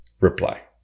Reply